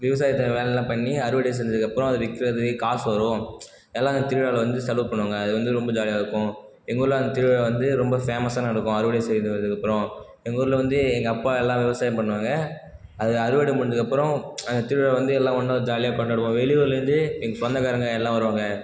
விவசாயத்தை வேலைல்லா பண்ணி அறுவடை செஞ்சதுக்கு அப்புறம் அதை விற்கிறது காசு வரும் எல்லாம் இந்த திருவிழாவில் வந்து செலவு பண்ணுவாங்க அது வந்து ரொம்ப ஜாலியாக இருக்கும் எங்கள் ஊரில் அந்த திருவிழா வந்து ரொம்ப ஃபேமஸாக நடக்கும் அறுவடை செய்ததுக்கு அப்புறம் எங்கள் ஊரில் வந்து எங்கள் அப்பா எல்லாம் விவசாயம் பண்ணுவாங்க அது அறுவடை முடிஞ்சதுக்கு அப்புறம் அந்த திருவிழா வந்து எல்லா ஒன்றா ஜாலியாக கொண்டாடுவோம் வெளியூருலேருந்து எங்கள் சொந்தகாரங்க எல்லாம் வருவாங்க